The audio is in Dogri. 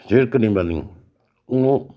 शिड़क नी बनी हून ओह्